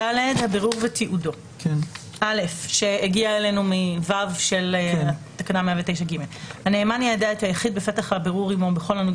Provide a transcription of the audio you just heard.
109דהבירור ותיעודו הנאמן יידע את היחיד בפתח הבירור עמו בכל הנוגע